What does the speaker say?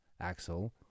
Axle